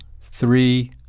three